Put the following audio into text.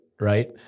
right